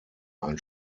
ein